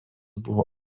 buvo